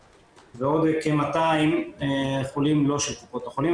ועוד כ-200 חולים לא של קופת החולים.